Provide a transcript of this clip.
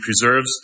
preserves